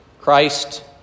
Christ